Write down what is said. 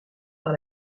par